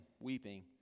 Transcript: weeping